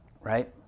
right